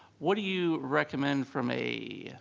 what do you you recommend from a